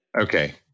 Okay